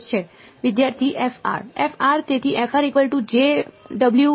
વિદ્યાર્થી તેથી